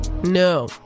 No